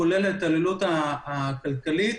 כולל ההתעללות הכלכלית,